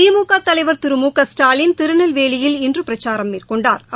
திமுகதலைவர் திரு மு க ஸ்டாலின் திருநெல்வேலியில் இன்றுபிரச்சாரம் மேற்கொண்டாா்